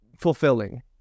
fulfilling